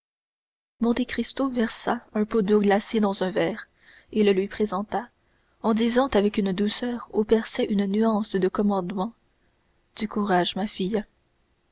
aride monte cristo versa un peu d'eau glacée dans un verre et le lui présenta en disant avec une douceur où perçait une nuance de commandement du courage ma fille